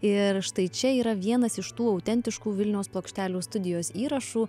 ir štai čia yra vienas iš tų autentiškų vilniaus plokštelių studijos įrašų